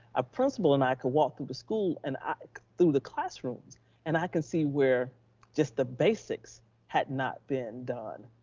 a principal, and i could walk through the school and through the classrooms and i can see where just the basics had not been done,